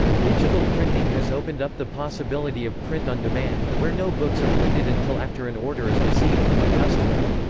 digital printing has opened up the possibility of print-on-demand, where no books are printed until after an order is received from a customer.